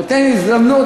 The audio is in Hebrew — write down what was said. נותן הזדמנות,